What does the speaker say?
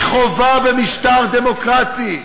היא חובה במשטר דמוקרטי.